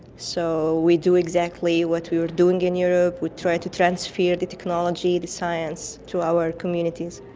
so we do exactly what we were doing in europe, we try to transfer the technology, the science to our communities.